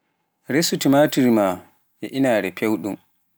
Resu timaatir maa, to inaare pewɗum